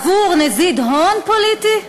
עבור נזיד הון פוליטי?